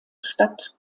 stadt